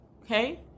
Okay